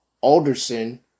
Alderson